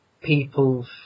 people